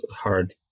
hard